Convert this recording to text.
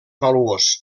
valuós